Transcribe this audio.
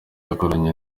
yakoranye